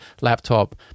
laptop